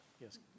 Yes